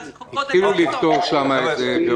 ניסינו לפתור את זה.